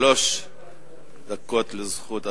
שלוש דקות לזכות אדוני.